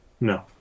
No